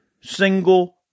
single